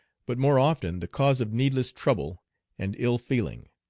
but more often the cause of needless trouble and ill-feeling.